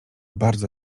bardzo